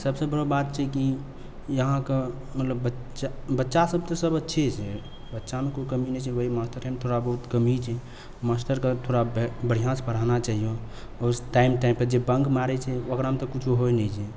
सबसँ बड़ो बात छै कि यहाँके मतलब बच्च बच्चा सब तऽ सब अच्छे छै बच्चामे कोइ कमी नहि छै वही मास्टरेमे थोड़ा बहुत कमी छै मास्टरके थोड़ा बढ़िआँसँ पढाना चाहिए उस टाइम टाइमपर जे बङ्क मारै छै ओकरामे तऽ कुछ होइ नहि छै